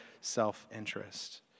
self-interest